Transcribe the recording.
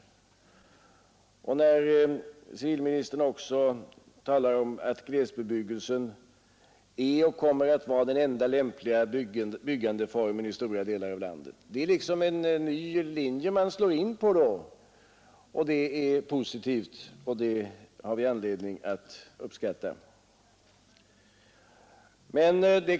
När civilministern också talar om att glesbebyggelse är och kommer att vara den enda lämpliga byggandeformen i stora delar av landet, är det en ny linje man slår in på. Det är positivt, och det har vi anledning att uppskatta.